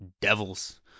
Devils